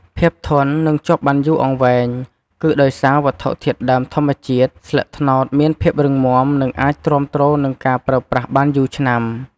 ភាពធន់ និងជាប់បានយូរអង្វែង គឺដោយសារវត្ថុធាតុដើមធម្មជាតិ ស្លឹកត្នោតមានភាពរឹងមាំ និងអាចទ្រាំទ្រនឹងការប្រើប្រាស់បានយូរឆ្នាំ។